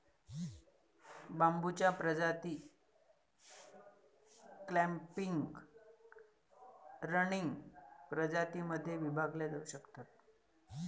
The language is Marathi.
बांबूच्या प्रजाती क्लॅम्पिंग, रनिंग प्रजातीं मध्ये विभागल्या जाऊ शकतात